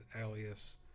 alias